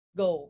go